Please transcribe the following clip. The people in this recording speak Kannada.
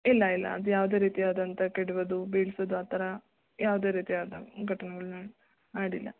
ಇಲ್ಲ ಇಲ್ಲ ಅದು ಯಾವುದೇ ರೀತಿಯಾದಂಥ ಕೆಡ್ವೋದು ಬೀಳ್ಸೋದು ಆ ಥರ ಯಾವುದೇ ರೀತಿಯಾದ ಘಟನೆಗಳನ್ನ ಮಾಡಿಲ್ಲ